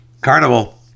Carnival